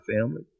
family